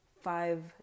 five